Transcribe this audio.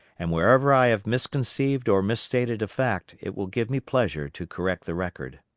and wherever i have misconceived or misstated a fact, it will give me pleasure to correct the record.